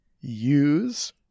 use